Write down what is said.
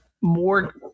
more